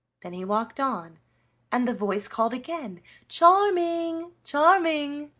then he walked on and the voice called again charming, charming!